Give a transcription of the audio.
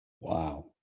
Wow